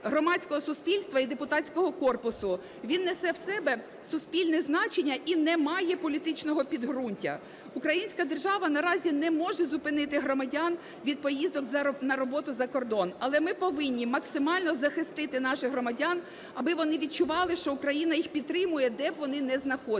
громадського суспільства і депутатського корпусу, він несе в собі суспільне значення і не має політичного підґрунтя. Українська держава наразі не може зупинити громадян від поїздок на роботу за кордон. Але ми повинні максимально захистити наших громадян аби вони відчували, що Україна їх підтримує, де б вони не знаходилися.